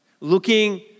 Looking